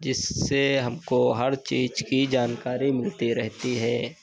जिससे हमको हर चीज़ की जानकारी मिलती रहती है